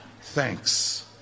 thanks